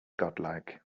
godlike